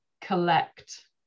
collect